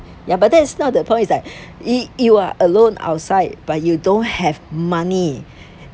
ya but that is not the point it's like you you are alone outside but you don't have money